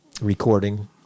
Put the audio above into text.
recording